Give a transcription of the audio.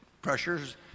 pressures